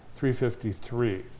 353